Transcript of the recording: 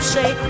say